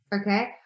Okay